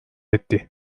etti